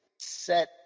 set